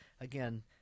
again